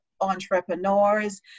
entrepreneurs